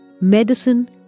Medicine